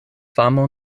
famo